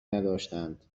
نداشتند